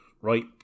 right